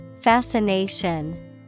Fascination